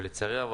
ולצערי הרב,